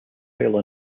while